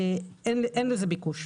אין לזה ביקוש.